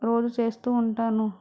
రోజు చేస్తూ ఉంటాను